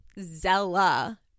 Zella